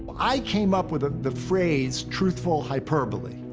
i came up with ah the phrase truthful hyperbole,